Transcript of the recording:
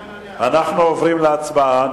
אנחנו עוברים להצבעה.